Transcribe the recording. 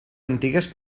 antigues